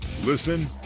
Listen